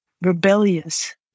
rebellious